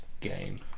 game